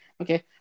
okay